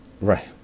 Right